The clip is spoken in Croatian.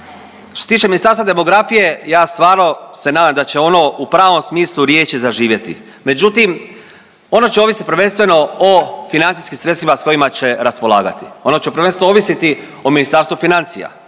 Što se tiče Ministarstva demografije ja stvarno se nadam da će ono u pravnom smislu riječi zaživjeti, međutim ono će ovisit prvenstveno o financijskim sredstvima s kojima će raspolagati, ono će prvenstveno ovisiti o Ministarstvu financija.